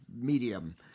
medium